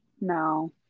No